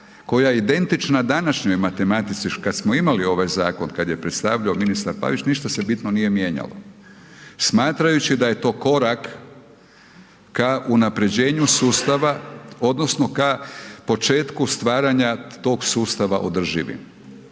koja je identična današnjoj matematici kada smo imali ovaj zakon, kada je predstavljao ministar Pavić ništa se bitno nije mijenjalo, smatrajući da je to korak k unapređenju sustava odnosno